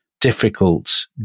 difficult